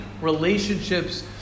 relationships